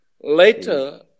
Later